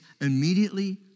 immediately